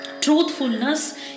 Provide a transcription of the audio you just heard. Truthfulness